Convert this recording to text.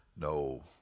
No